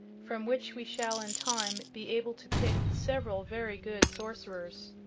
from which we shall in time be able to pick several very good sorcerers.